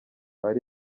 ari